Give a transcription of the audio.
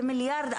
זה מיליארד.